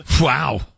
Wow